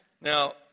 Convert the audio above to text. Now